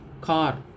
car